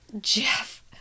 Jeff